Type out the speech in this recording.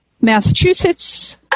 Massachusetts